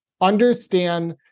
understand